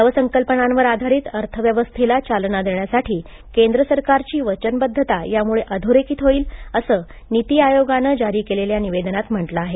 नवसंकल्पनांवर आधारित अर्थव्यवस्थेला चालना देण्यासाठी केंद्र सरकारची वचनबध्दता यामुळे अधोरेखित होईल असं नीती आयोगानं जारी केलेल्या निवेदनांत म्हटलं आहे